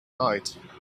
night